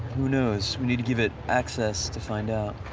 who knows? we need to give it access to find out.